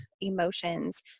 emotions